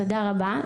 תודה רבה.